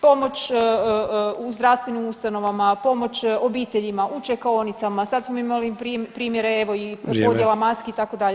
Pomoć u zdravstvenim ustanovama, pomoć obiteljima, u čekaonicama, sad smo imali primjere, evo i [[Upadica: Vrijeme.]] podjela maski, itd.